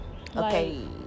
Okay